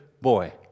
boy